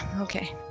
okay